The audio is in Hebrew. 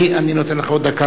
אני אתן לך עוד דקה,